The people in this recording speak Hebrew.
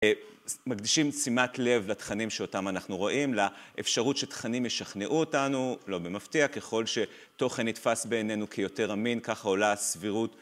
מקדישים שימת לב לתכנים שאותם אנחנו רואים, לאפשרות שתכנים ישכנעו אותנו, לא במפתיע, ככל שתוכן נתפס בעינינו כיותר אמין, ככה עולה הסבירות.